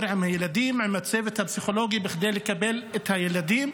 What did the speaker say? עם הילדים ועם הצוות הפסיכולוגי כדי לקבל את הילדים.